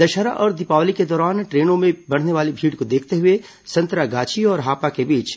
दशहरा और दीपावली के दौरान ट्रेनों में बढ़ने वाली भीड़ को देखते हुए संतरागाछी और हापा के बीच